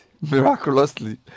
miraculously